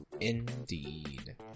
Indeed